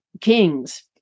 kings